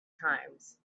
times